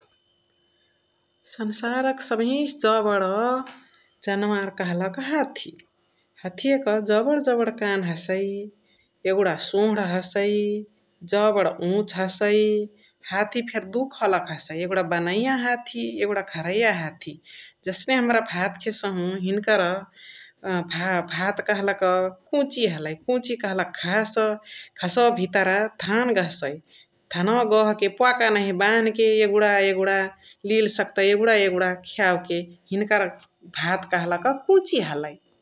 संसारक सभही से जबड जन्वार कहलक हाथी । हथियक जबण जबण कान हसइ । एगुणा सोण्ह हसइ, जबण उच हसइ । हाथी फेरी दुइ खलक हसइ बनैय हाथी एगुणा घरैया हाथी । जसने हमरा भात खेसहु हिन्करा भात कहलक कुची हलइ । कुची कहलक घास्, घसवा भितरअ धान गहसाइ । धनवा गहके प्वाका नहिय बान्हके एगुणा एगुणा लिल सकताइ एगुणा एगुणा खियावके । हिन्करा भात कहाँलक कुची हलइ ।